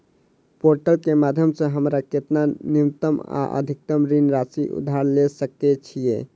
Portal केँ माध्यम सऽ हमरा केतना न्यूनतम आ अधिकतम ऋण राशि उधार ले सकै छीयै?